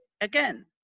again